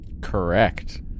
correct